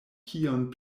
kion